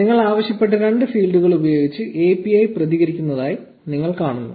നിങ്ങൾ ആവശ്യപ്പെട്ട രണ്ട് ഫീൽഡുകൾ ഉപയോഗിച്ച് API പ്രതികരിക്കുന്നതായി നിങ്ങൾ കാണുന്നു